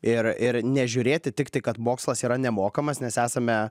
ir ir nežiūrėti tiktai kad mokslas yra nemokamas nes esame